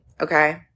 Okay